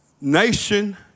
nation